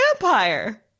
vampire